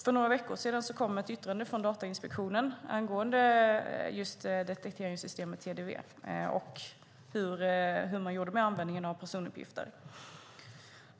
För några veckor sedan kom ett yttrande från Datainspektionen angående just detekteringssystemet TDV och användningen av personuppgifter.